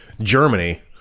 Germany